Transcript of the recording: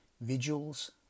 Vigils